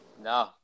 No